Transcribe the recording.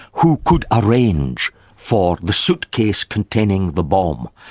who could arrange for the suitcase containing the bomb,